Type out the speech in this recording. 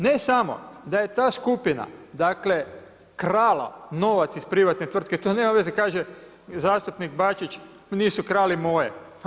Ne samo da je ta skupina dakle, krala novac iz privatne tvrtke, to nema veze, kaže zastupnik Bačić, pa nisu krali moje.